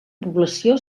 població